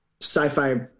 sci-fi